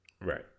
right